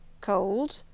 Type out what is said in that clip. Cold